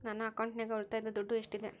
ನನ್ನ ಅಕೌಂಟಿನಾಗ ಉಳಿತಾಯದ ದುಡ್ಡು ಎಷ್ಟಿದೆ?